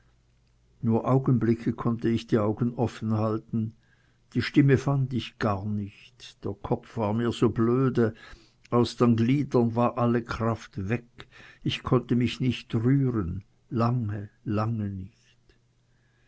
nur augenblicke konnte ich die augen offen halten die stimme fand ich gar nicht der kopf war mir so blöde aus den gliedern war alle kraft weg ich konnte mich nicht rühren lange lange nicht